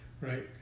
right